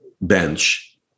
bench